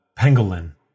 pangolin